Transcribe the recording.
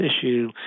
issue